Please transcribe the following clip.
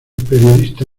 periodista